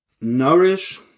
nourish